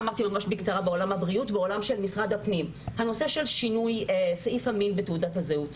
בעולם של משרד הפנים: הנושא של שינוי סעיף המין בתעודת הזהות.